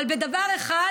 אבל בדבר אחד